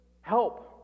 Help